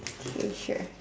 okay sure